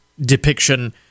depiction